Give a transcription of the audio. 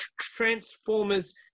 Transformers